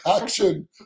action